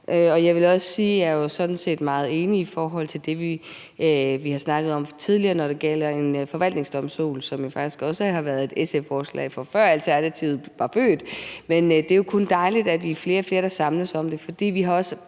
set er meget enig i det, vi har snakket om tidligere, når det gælder en forvaltningsdomstol, som jo faktisk også er et SF-forslag, fra før Alternativet var født. Men det er kun dejligt, at vi er flere og flere, der samles om det,